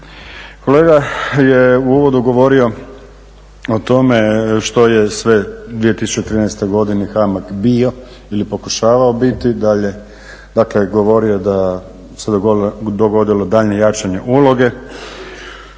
Kolega je u uvodu govorio o tome što je sve u 2013. godini HAMAG bio ili pokušavao biti, dakle govorio je da se dogodilo daljnje jačanje uloge.